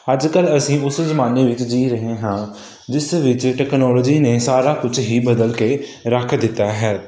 ਅੱਜ ਕੱਲ੍ਹ ਅਸੀਂ ਉਸੇ ਜ਼ਮਾਨੇ ਵਿੱਚ ਜੀਅ ਰਹੇ ਹਾਂ ਜਿਸ ਦੇ ਵਿੱਚ ਟੈਕਨੋਲੋਜੀ ਨੇ ਸਾਰਾ ਕੁਝ ਹੀ ਬਦਲ ਕੇ ਰੱਖ ਦਿੱਤਾ ਹੈ